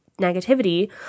negativity